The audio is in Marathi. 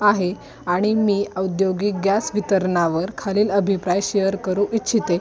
आहे आणि मी औद्योगिक गॅस वितरणावर खालील अभिप्राय शेअर करू इच्छिते